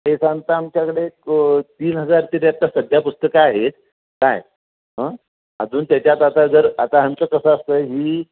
ते सांगता आमच्याकडे तीन हजार तरी आता सध्या पुस्तकं आहेत काय हां अजून त्याच्यात आता जर आता आमचं कसं असतं ही